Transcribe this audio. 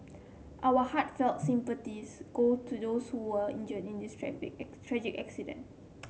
our heartfelt sympathies go to the also were injured in this traffic tragic accident